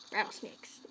Rattlesnakes